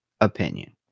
opinion